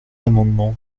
amendement